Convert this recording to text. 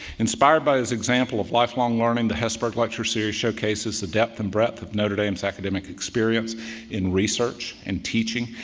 inspired by as example of lifelong learning, the hesburgh lecture series showcases the depth and breadth of notre dame's academic experience in research and teaching,